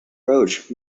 roach